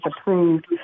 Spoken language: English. approved